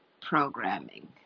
programming